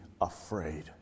afraid